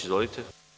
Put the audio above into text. Izvolite.